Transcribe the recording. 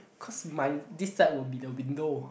cause my this side will be the window